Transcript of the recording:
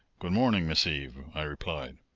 good morning, miss eve! i replied.